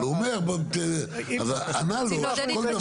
אבל הוא אומר --- רוצים לעודד התחדשות